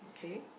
okay